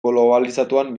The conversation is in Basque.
globalizatuan